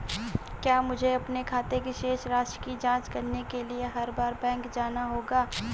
क्या मुझे अपने खाते की शेष राशि की जांच करने के लिए हर बार बैंक जाना होगा?